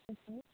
okay